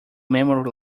memory